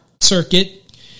circuit